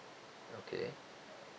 okay